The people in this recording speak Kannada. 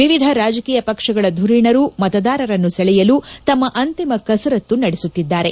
ವಿವಿಧ ರಾಜಕೀಯ ಪಕ್ಷಗಳ ಧುರೀಣರು ಮತದಾರರನ್ನು ಸೆಳೆಯಲು ತಮ್ಮ ಅಂತಿಮ ಕಸರತ್ತು ನಡೆಸುತ್ತಿದ್ದಾರೆ